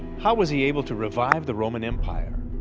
how was he able to revive the roman empire?